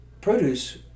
produce